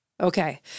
Okay